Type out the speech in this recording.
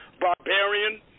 barbarian